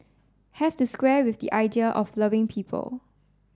have to square with the idea of loving people